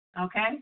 Okay